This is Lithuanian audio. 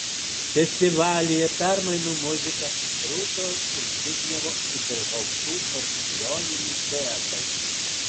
festivalyje permainų muzika rūtos ir zbignevo ibelhauptų fortepijoninis duetas